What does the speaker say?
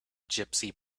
gypsy